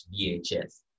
VHS